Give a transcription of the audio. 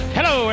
Hello